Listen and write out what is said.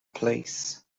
place